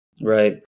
Right